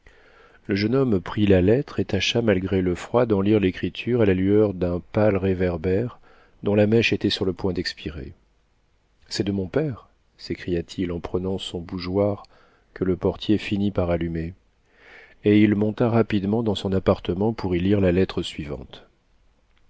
le jeune homme prit la lettre et tâcha malgré le froid d'en lire l'écriture à la lueur d'un pâle réverbère dont la mèche était sur le point d'expirer c'est de mon père s'écria-t-il en prenant son bougeoir que le portier finit par allumer et il monta rapidement dans son appartement pour y lire la lettre suivante